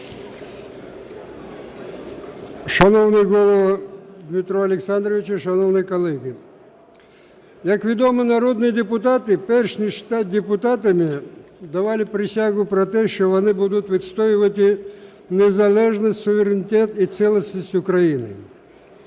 Шановний Голово Дмитро Олександровичу, шановні колеги! Як відомо, народні депутати, перш ніж стати депутатами, давали присягу про те, що вони будуть відстоювати незалежність, суверенітет і цілісність України.